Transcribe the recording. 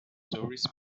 tourists